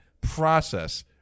process